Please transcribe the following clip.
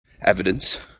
evidence